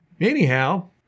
anyhow